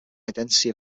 identity